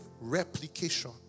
replication